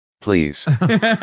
Please